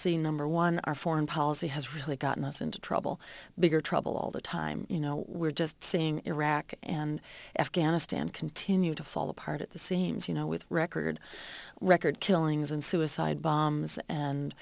see number one our foreign policy has really gotten us into trouble bigger trouble all the time you know we're just seeing iraq and afghanistan continue to fall apart at the seams you know with record record killings and suicide bombs and